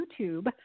YouTube